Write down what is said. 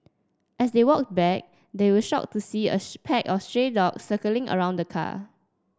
as they walked back they were shocked to see a pack of stray dog circling around the car